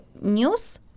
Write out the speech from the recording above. news